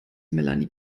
melanie